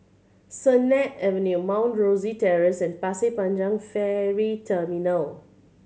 Sennett Avenue Mount Rosie Terrace and Pasir Panjang Ferry Terminal